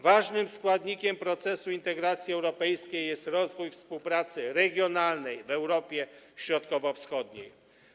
Ważnym składnikiem procesu integracji europejskiej jest rozwój współpracy regionalnej w Europie Środkowo-Wschodniej.